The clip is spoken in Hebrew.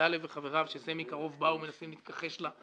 שטלב וחבריו שזה מקרוב באו מנסים להתכחש לה,